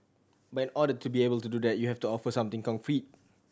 but in order to be able to do that you have to offer something concrete